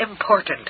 important